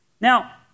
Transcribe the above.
Now